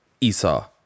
esau